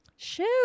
Shoot